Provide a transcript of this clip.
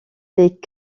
les